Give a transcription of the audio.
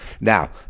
Now